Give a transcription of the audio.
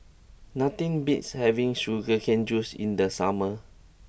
nothing beats having Sugar Cane Juice in the summer